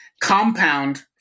compound